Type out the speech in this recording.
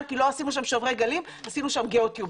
כי לא עשינו שם שוברי גלים אלא עשינו שם גיאו-טיובינג.